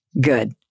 Good